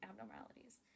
abnormalities